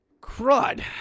Crud